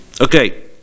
Okay